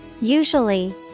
Usually